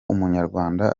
umunyarwanda